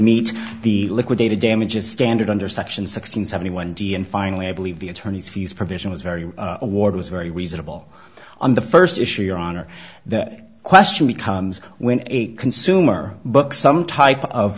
meet the liquidated damages standard under section six hundred seventy one d and finally i believe the attorneys fees provision was very award was very reasonable on the first issue your honor the question becomes when a consumer but some type of